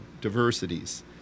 diversities